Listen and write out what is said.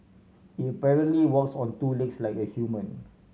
it apparently walks on two legs like a human